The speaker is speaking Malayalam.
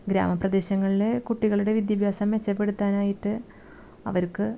ഗ്രാമപ്രദേശങ്ങളിലെ കുട്ടികളുടെ വിദ്യാഭ്യാസം മെച്ചപ്പെടുത്താനായിട്ട് അവർക്ക്